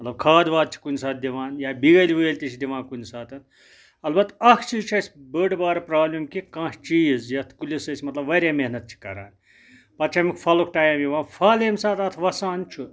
مطلب کھاد واد چھِ کُنہِ ساتہٕ دِوان یا بیٛٲلۍ وٲلۍ تہِ چھِ دِوان کُنہِ ساتَن البتہٕ اَکھ چیٖز چھُ اَسہِ بٔڑ بارٕ پرٛابلِم کہِ کانٛہہ چیٖز یَتھ کُلِس أسۍ مطلب واریاہ محنت چھِ کَران پَتہٕ چھِ اَمیُک پھَلُک ٹایم یِوان پھَل ییٚمہِ ساتہٕ اَتھ وَسان چھُ